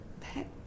Pet